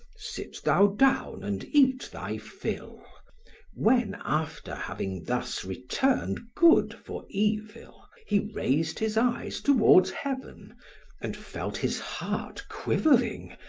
sit thou down and eat thy fill when after having thus returned good for evil he raised his eyes toward heaven and felt his heart quivering,